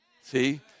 See